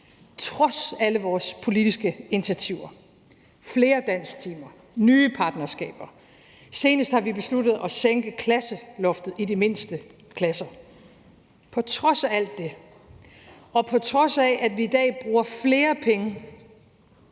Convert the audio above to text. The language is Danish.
trods alle vores politiske initiativer med flere dansktimer, nye partnerskaber, og at vi senest har besluttet at sænke klasseloftet i de mindste klasser. Kl. 12:18 Trods alt det og på trods af at vi i dag bruger flere penge